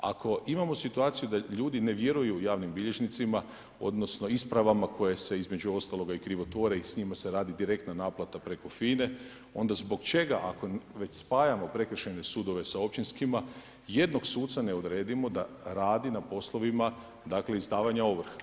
Ako imamo situaciju da ljudi ne vjeruju javnim bilježnicima, odnosno ispravama koje se između ostaloga i krivotvore i s njima se radi direktna naplata preko FINA-e, onda zbog čega ako već spajamo prekršajne sudove sa općinskima jednog suca ne odredimo da radi na poslovima dakle izdavanje ovrha.